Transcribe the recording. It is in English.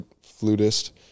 flutist